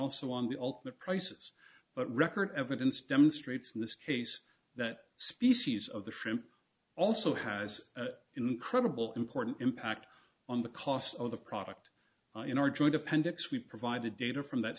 also on the ultimate prices but record evidence demonstrates in this case that species of the shrimp also has incredible important impact on the cost of the product in our joint appendix we provide the data from that